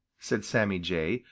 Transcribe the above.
said sammy jay,